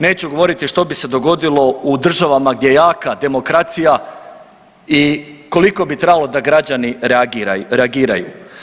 Neću govoriti što bi se dogodilo u državama gdje jaka demokracija i koliko bi trebalo da građani reagiraju.